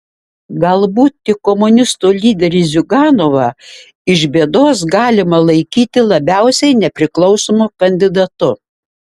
galbūt tik komunistų lyderį ziuganovą iš bėdos galima laikyti labiausiai nepriklausomu kandidatu